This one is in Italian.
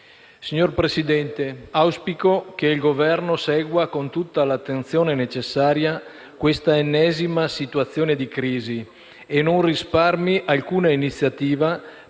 Signor Presidente, auspico che il Governo segua con tutta l'attenzione necessaria questa ennesima situazione di crisi e non risparmi alcuna iniziativa